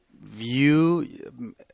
view